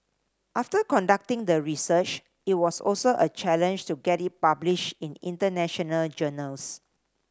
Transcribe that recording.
after conducting the research it was also a challenge to get it published in international journals